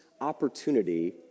opportunity